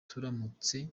turamutse